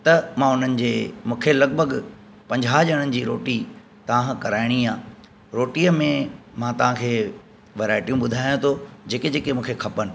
त मां हुननि जे मूंखे लॻभॻि पंजाहु ॼणनि जी रोटी तव्हांखां कराइणी आहे रोटीअ में मां तव्हांखे वराईटियूं ॿुधायां थो जेके जेके मूंखे खपनि